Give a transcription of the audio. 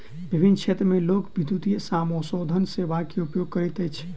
विभिन्न क्षेत्र में लोक, विद्युतीय समाशोधन सेवा के उपयोग करैत अछि